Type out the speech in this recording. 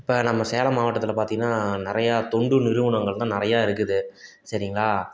இப்போ நம்ம சேலம் மாவட்டத்தில் பார்த்திங்கன்னா நிறையா தொண்டு நிறுவனங்கள்தான் நிறையா இருக்குது சரிங்களா